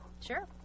Sure